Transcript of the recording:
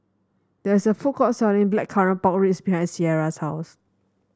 there is a food court selling Blackcurrant Pork Ribs behind Cierra's house